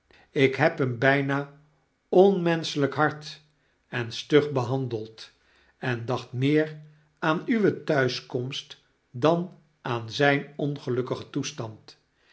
ik neb hem byna onmen schelyk hard en stug behandeld en dacht meer aan uwe thuiskomst dan aan zyn ongelukkigen toestand